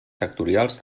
sectorials